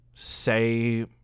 Say